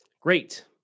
Great